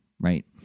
right